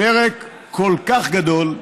פרק כל כך גדול,